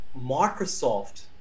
Microsoft